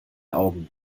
augen